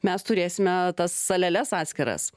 mes turėsime tas saleles atskiras